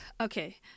Okay